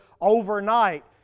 overnight